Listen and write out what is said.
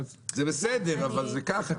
זה בסדר, אבל זה ככה.